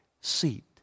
seat